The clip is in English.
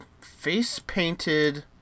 Face-painted